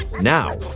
Now